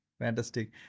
Fantastic